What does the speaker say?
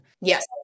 Yes